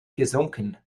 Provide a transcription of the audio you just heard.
gesunken